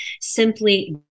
simply